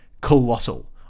colossal